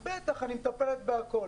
היא אמרה: בטח, אני מטפלת בכול.